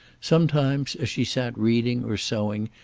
sometimes, as she sat reading or sewing,